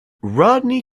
rodney